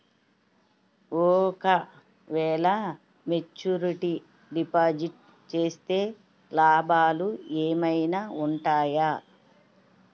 ఓ క వేల maturity deposit చేస్తే లాభాలు ఏమైనా ఉంటాయా?